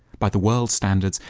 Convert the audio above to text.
by the world standards,